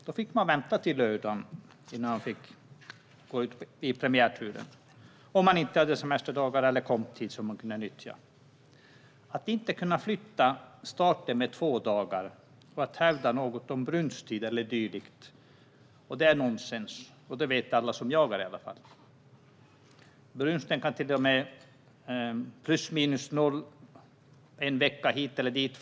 Då fick man vänta till lördagen innan man fick gå ut på premiärturen om man inte hade semesterdagar eller komptid som man kunde nyttja. Att man inte kan flytta starten med två dagar och att hävda att det har med brunsttid eller dylikt att göra är ju nonsens, och det vet alla som jagar. Brunsten kan variera en vecka hit eller dit.